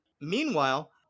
meanwhile